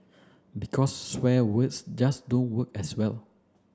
because swear words just don't work as well